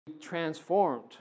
transformed